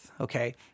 Okay